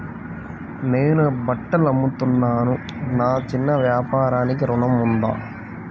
నేను బట్టలు అమ్ముతున్నాను, నా చిన్న వ్యాపారానికి ఋణం ఉందా?